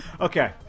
Okay